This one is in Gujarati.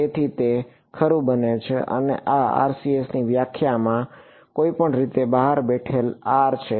તેથી તે બને છે અને RCS ની વ્યાખ્યામાં કોઈ પણ રીતે બહાર બેઠેલ R છે